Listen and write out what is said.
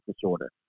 disorder